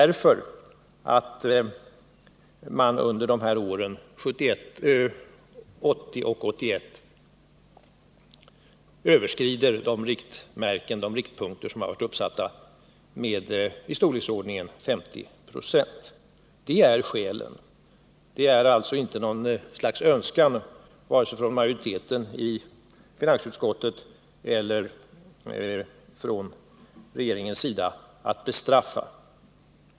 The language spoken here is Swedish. Åren 1979-1980 kommer man nämligen att överskrida uppsatta riktmärken med storleksordningen 50 96. Det är alltså skälen. Det är alltså inte någon önskan vare sig från majoriteten i finansutskottet eller från regeringen att bestraffa.